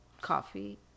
coffee